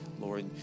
Lord